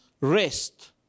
rest